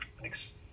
Thanks